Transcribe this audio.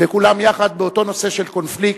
וכולם יחד באותו נושא של קונפליקט.